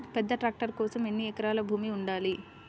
పెద్ద ట్రాక్టర్ కోసం ఎన్ని ఎకరాల భూమి ఉండాలి?